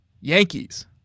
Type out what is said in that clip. Yankees